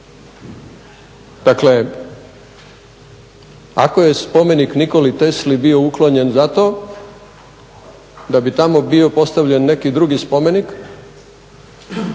Dakle, ako je spomenik Nikoli Tesli bio uklonjen zato da bi tamo bio postavljen neki drugi spomenik